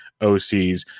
OCs